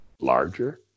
Larger